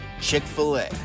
Chick-fil-A